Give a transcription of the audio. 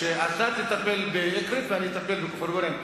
שאתה תטפל באקרית ואני אטפל בכופר-בירעם.